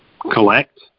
collect